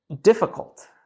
difficult